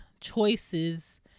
choices